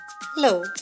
Hello